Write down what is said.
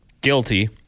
guilty